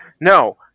no